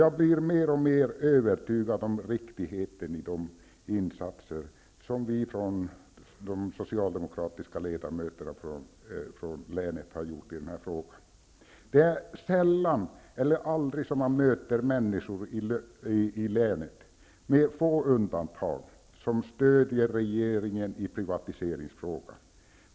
Jag blir mer och mer övertygad om riktigheten av de insatser som vi socialdemokratiska ledamöter från länet har gjort i den här frågan. Det är sällan eller aldrig som man i länet möter människor -- med få undantag -- som stöder regeringen i privatiseringsfrågan.